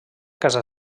casa